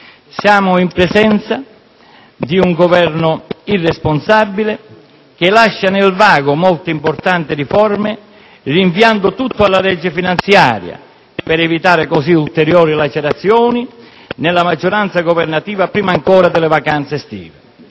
Siamo in presenza di un Governo irresponsabile che lascia nel vago molte importanti riforme, rinviando tutto alla legge finanziaria per evitare così ulteriori lacerazioni nella maggioranza governativa prima delle vacanze estive.